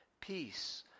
peace